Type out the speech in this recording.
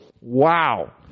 Wow